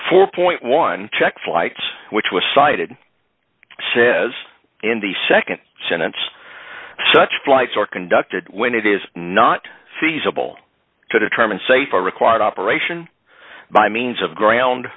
four point one checked flights which was cited says in the nd sentence such flights are conducted when it is not feasible to determine safe or required operation by means of ground